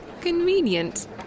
convenient